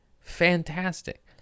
Fantastic